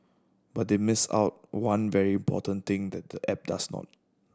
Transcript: but they missed out one very important thing that the app does more